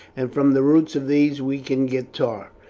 and from the roots of these we can get tar.